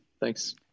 Thanks